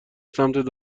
سمت